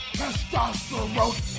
testosterone